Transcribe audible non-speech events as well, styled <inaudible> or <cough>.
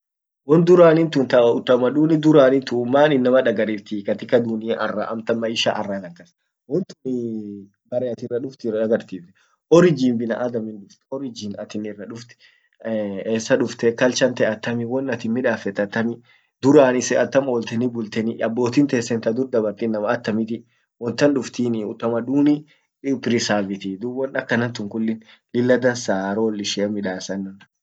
won durranintun taautamaduni durranituu maan innama dagariffti katika dunia arra amtan maisha arratankas ,wontuni <hesitation> bare at irraduft irra dagartiftiee, origin binaadamin duft origin at irra duft <hesitation> essa dufteeh culchante attamiee, won attin midafet attamii, duran issen atam olteni bulteniee, abbotin tensen tadurdabart innama attamiti won tan duftini utamaduni himprisaviti dub won akkantun kullin lilla dansa role ishia nidasan.